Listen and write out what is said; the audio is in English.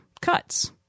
cuts